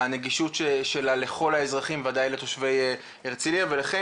הנגישות שלה לכל האזרחים וודאי לתושבי הרצליה ולכן